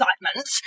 excitement